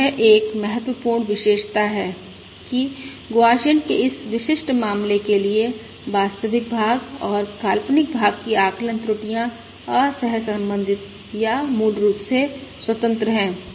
याह यह एक महत्वपूर्ण विशेषता है कि गौसियन के इस विशिष्ट मामले के लिए वास्तविक भाग और काल्पनिक भाग की आकलन त्रुटियां असहसंबंधित या मूल रूप से स्वतंत्र हैं